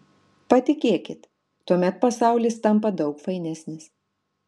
patikėkit tuomet pasaulis tampa daug fainesnis